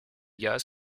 gaz